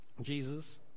Jesus